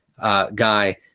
Guy